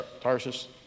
Tarsus